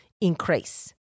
increase